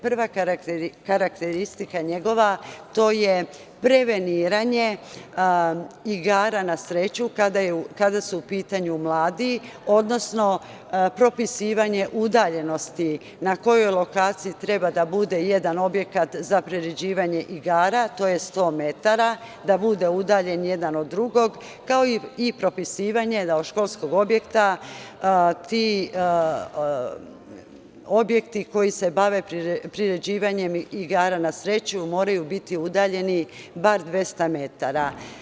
Prva karakteristika njegova je preveniranje igara na sreću, kada su u pitanju mladi, odnosno propisivanje udaljenosti, na kojoj lokaciji treba da bude jedan objekata za priređivanje igara, to je 100 metara da bude udaljen jedan od drugog, kao i propisivanje da od školskog objekta ti objekti koji se bave priređivanjem igara na sreću moraju biti udaljeni bar 200 metara.